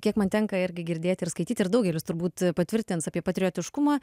kiek man tenka irgi girdėti ir skaityti ir daugelis turbūt patvirtins apie patriotiškumą